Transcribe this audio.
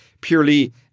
purely